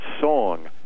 song